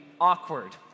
awkward